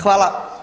Hvala.